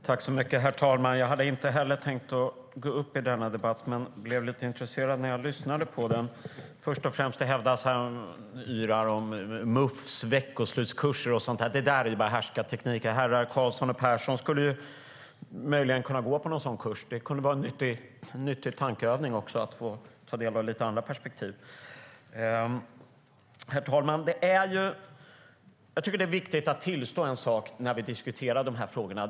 Herr talman! Jag hade inte heller tänkt gå upp i denna debatt men blev lite intresserad när jag lyssnade på den. Först och främst yrade man om MUF:s veckoslutskurser. Det där är bara härskartekniker. Herrar Karlsson och Persson skulle möjligen kunna gå på någon sådan kurs - det kunde vara en nyttig tankeövning att få ta del av lite andra perspektiv. Herr talman! Jag tycker att det är viktigt att tillstå en sak när vi diskuterar de här frågorna.